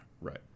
Right